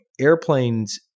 airplanes